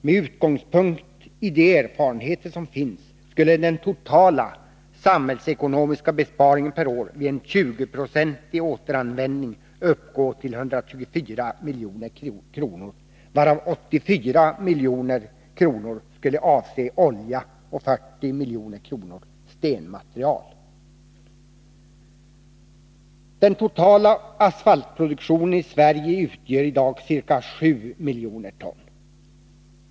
Med utgångspunkt i de erfarenheter som finns skulle den totala samhällsekonomiska besparingen per år vid en 20-procentig återanvändning uppgå till 124 milj.kr., varav 84 milj.kr. skulle avse olja och 40 milj.kr. stenmaterial. Den totala asfaltproduktionen i Sverige utgör i dag ca 7 miljoner ton.